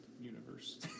universe